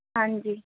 ਹਾਂਜੀ